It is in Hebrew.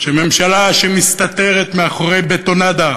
שממשלה שמסתתרת מאחורי בטונדה